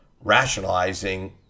rationalizing